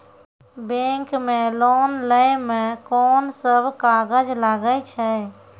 Bank मे loan लै मे कोन सब कागज लागै छै?